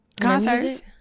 concerts